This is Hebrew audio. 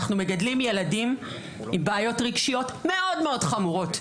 אנחנו מגדלים ילדים עם בעיות רגשיות מאוד-מאוד חמורות.